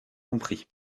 compris